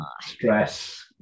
Stress